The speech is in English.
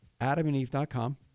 adamandeve.com